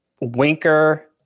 Winker